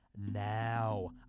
now